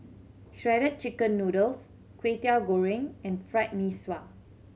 Shredded Chicken Noodles Kway Teow Goreng and Fried Mee Sua